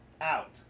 out